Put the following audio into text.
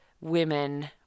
women